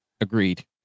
Agreed